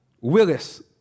Willis